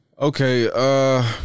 Okay